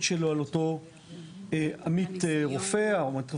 שלו על אותו עמית רופא או עמית רופאה.